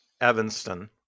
Evanston